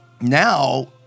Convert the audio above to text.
now